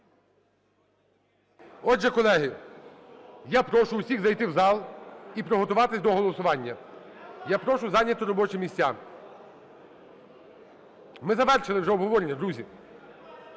Отже, колеги, я прошу всіх зайти в зал і приготуватись до голосування. Я прошу зайняти робочі місця. Ми завершили вже обговорення, друзі.